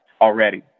already